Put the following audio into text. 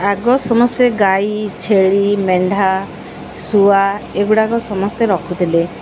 ଆଗ ସମସ୍ତେ ଗାଈ ଛେଳି ମେଣ୍ଢା ଶୁଆ ଏଗୁଡ଼ାକ ସମସ୍ତେ ରଖୁଥିଲେ